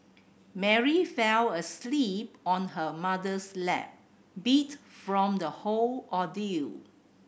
Mary fell asleep on her mother's lap beat from the whole ordeal